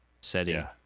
setting